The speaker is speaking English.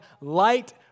light